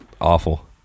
awful